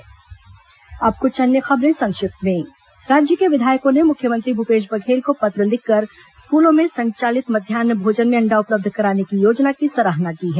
संक्षिप्त समाचार अब कुछ अन्य खबरें संक्षिप्त में राज्य के विधायकों ने मुख्यमंत्री भूपेश बघेल को पत्र लिखकर स्कूलों में संचालित मध्यान्ह भोजन में अण्डा उपलब्ध कराने की योजना की सराहना की है